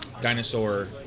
dinosaur